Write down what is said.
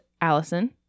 Allison